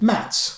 Mats